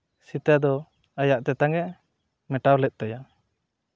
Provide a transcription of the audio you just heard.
ᱥᱤᱛᱟᱹ ᱫᱚ ᱟᱭᱟᱜ ᱛᱮᱛᱟᱝ ᱮ ᱢᱮᱴᱟᱣ ᱞᱮᱫ ᱛᱟᱭᱟ